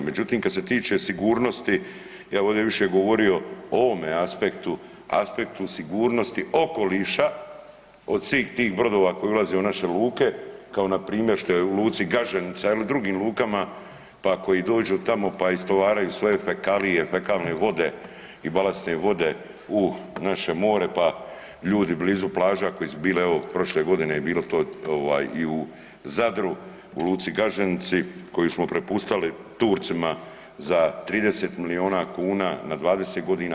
Međutim, kad se tiče sigurnosti ja bih ovdje više govorio o ovome aspektu, aspektu sigurnosti okoliša od svih tih brodova koji ulaze u naše luke kao na primjer što je u luci Gaženica ili u drugim lukama, pa ako i dođu tamo, pa istovaraju svoje fekalije, fekalne vode i balastne vode u naše more pa ljudi blizu plaža koje su bile evo prošle godine je to bilo i u zadru, u luci Gaženici koju smo prepustili Turcima za 30 milijuna kuna na 20 godina.